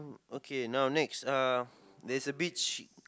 okay now next uh there's a beach